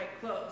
clothes